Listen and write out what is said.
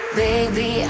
baby